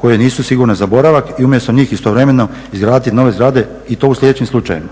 koje nisu sigurne za boravak i umjesto njih istovremeno izgraditi nove zgrade i to u sljedećim slučajevima: